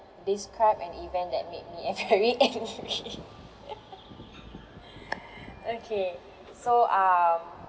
describe an event that made me uh very angry okay so um